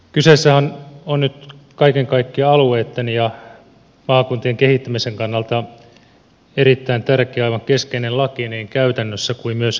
kyseessä on nyt kaiken kaikkiaan alueitten ja maakuntien kehittämisen kannalta erittäin tärkeä aivan keskeinen laki niin käytännössä kuin myös periaatteessa